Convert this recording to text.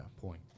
point